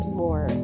more